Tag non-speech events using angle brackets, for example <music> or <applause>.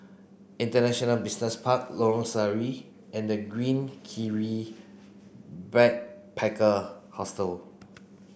International Business Park Lorong Sari and The Green Kiwi <noise> Backpacker Hostel